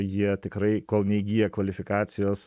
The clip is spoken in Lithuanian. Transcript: jie tikrai kol neįgyja kvalifikacijos